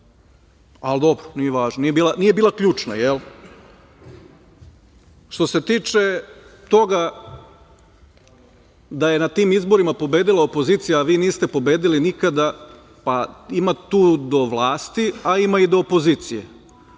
nije važno, nije bila ključna, jel? Što se tiče toga da je na tim izborima pobedila opozicija, a vi niste pobedili nikada, pa ima tu do vlasti, a ima i do opozicije.